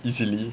easily